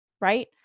right